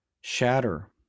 shatter